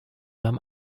beim